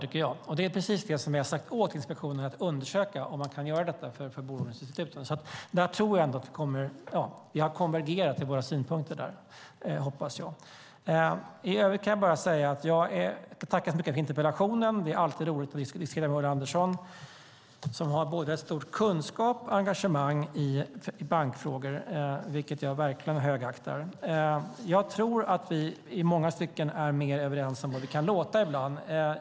Det är precis det jag har sagt åt inspektionen att undersöka i fråga om bolåneinstituten. Vi har konvergerat i våra synpunkter - hoppas jag. I övrigt tackar jag så mycket för interpellationen. Det är alltid roligt att diskutera med Ulla Andersson. Hon har både en stor kunskap och ett stort engagemang i bankfrågor, vilket jag verkligen högaktar. Jag tror att vi i många stycken är mer överens än vad det kan låta ibland.